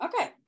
okay